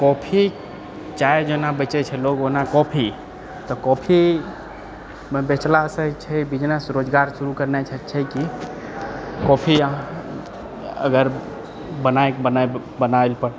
coffee चाय जेना बेचै छै लोग ओना कॉफी तऽ कॉफीमे बेचलासँ होइत छै बिजनेस रोजगार शुरू करनाइ छै कि कॉफी अगर बना बना बनाए लऽ